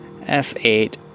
F8